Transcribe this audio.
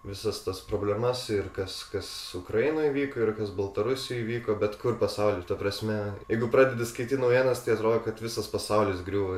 visas tas problemas ir kas kas ukrainoj vyko ir kas baltarusijoj vyko bet kur pasauly ta prasme jeigu pradedi skaityt naujienas tai atrodo kad visas pasaulis griūva